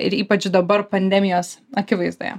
ir ypač dabar pandemijos akivaizdoje